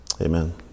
amen